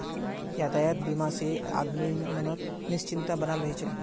यातायात बीमा से आदमीर मनोत् निश्चिंतता बनाल रह छे